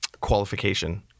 qualification